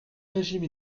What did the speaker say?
régime